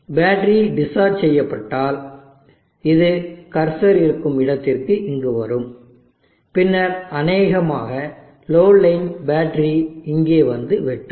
battery மேலும் discharge செய்யப்பட்டால் இது கர்சர் இருக்கும் இடத்திற்கு இங்கு வரும் பின்னர் அநேகமாக லோடு லைன் பேட்டரி இங்கே வந்து வெட்டும்